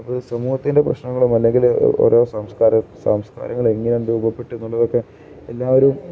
അപ്പോള് സമൂഹത്തിൻ്റെ പ്രശ്നങ്ങളും അല്ലെങ്കില് ഓരോ സംസ്കാരങ്ങൾ എങ്ങനെയാണ് രൂപപ്പെട്ടതെന്നുള്ളതൊക്കെ എല്ലാവരും